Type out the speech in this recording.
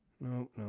No